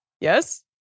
Yes